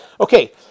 Okay